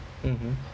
mmhmm